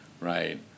right